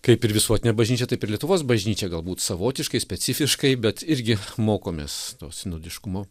kaip ir visuotinė bažnyčia taip ir lietuvos bažnyčia galbūt savotiškai specifiškai bet irgi mokomės to sinodiškumo